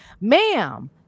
ma'am